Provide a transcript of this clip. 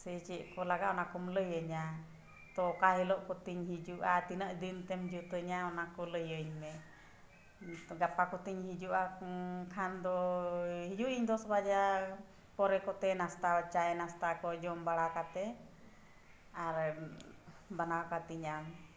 ᱥᱮ ᱪᱮᱫ ᱠᱚ ᱞᱟᱜᱟᱜᱼᱟ ᱚᱱᱟ ᱠᱚᱢ ᱞᱟᱹᱭᱟᱹᱧᱟ ᱛᱚ ᱚᱠᱟ ᱦᱤᱞᱳᱜ ᱠᱚᱛᱤᱧ ᱦᱤᱡᱩᱜᱼᱟ ᱛᱤᱱᱟᱹᱜ ᱫᱤᱱᱛᱮᱢ ᱡᱩᱛᱟᱹᱧᱟᱹ ᱚᱱᱟᱠᱚ ᱞᱟᱹᱭᱟᱹᱧ ᱢᱮ ᱜᱟᱯᱟ ᱠᱚᱛᱤᱧ ᱦᱤᱡᱩᱜᱼᱟ ᱠᱷᱟᱱ ᱫᱚ ᱦᱤᱡᱩᱜ ᱤᱧ ᱫᱚᱥ ᱵᱟᱡᱟ ᱯᱚᱨᱮ ᱠᱚᱛᱮ ᱱᱟᱥᱛᱟ ᱪᱟᱭ ᱱᱟᱥᱛᱟ ᱠᱚ ᱡᱚᱢ ᱵᱟᱲᱟ ᱠᱟᱛᱮᱫ ᱟᱨ ᱵᱮᱱᱟᱣ ᱠᱟᱛᱤᱧᱟᱢ